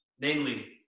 namely